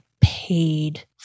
paid